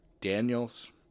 Daniels